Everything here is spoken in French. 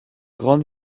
grande